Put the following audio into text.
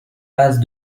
passe